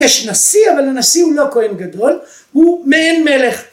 יש נשיא, אבל הנשיא הוא לא כהן גדול, הוא מעין מלך.